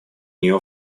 нее